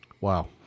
Wow